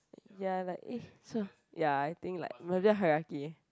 ya like eh sir ya I think like Murray hierarchy